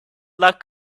luck